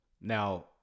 Now